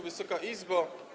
Wysoka Izbo.